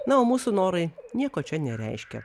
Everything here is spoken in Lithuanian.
na o mūsų norai nieko čia nereiškia